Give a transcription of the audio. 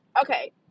okay